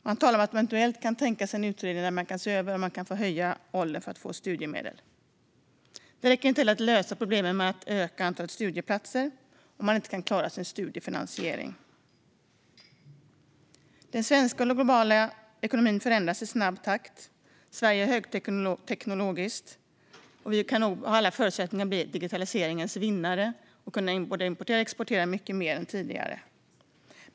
Den säger att den eventuellt kan tänka sig en utredning där man kan se över om det går att höja åldersgränsen för hur länge man får studiemedel. Det räcker inte att lösa problemen med att utöka antalet studieplatser om människor inte kan klara sin studiefinansiering. Den svenska och globala ekonomin förändras i snabb takt. Sverige är högteknologiskt, och vi har nog alla förutsättningar att bli digitaliseringens vinnare och kunna importera och exportera mycket mer än tidigare.